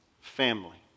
family